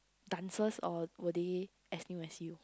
dancers or were they as new as you